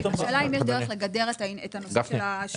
השאלה אם יש דרך לגדר את הנושא של השירותים.